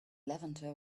levanter